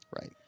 Right